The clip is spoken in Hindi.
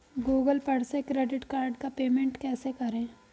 गूगल पर से क्रेडिट कार्ड का पेमेंट कैसे करें?